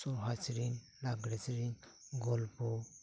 ᱥᱚᱦᱨᱟᱭ ᱥᱮᱹᱨᱮᱹᱧ ᱞᱟᱸᱜᱽᱲᱮ ᱥᱮᱹᱨᱮᱹᱧ ᱜᱚᱞᱯᱚ